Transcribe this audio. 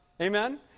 Amen